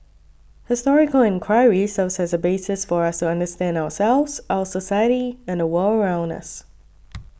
historical enquiry serves as a basis for us to understand ourselves our society and the world around us